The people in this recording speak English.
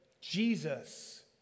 Jesus